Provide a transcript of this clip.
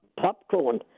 popcorn